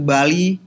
Bali